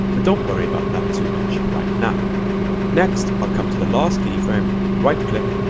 but don't worry about that too much right now next, i'll come to the last keyframe, right click,